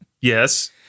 yes